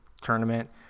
tournament